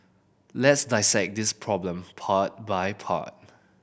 let's dissect this problem part by part